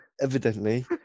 evidently